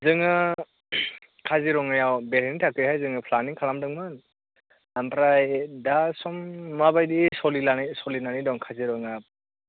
जोङो काजिरङायाव बेरायनो थाखायहाय जोङो प्लानिं खालामदोंमोन ओमफ्राय दा सम माबादि सलिनानै सलिनानै दं काजिरङा